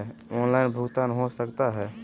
Online भुगतान हो सकता है?